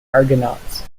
argonauts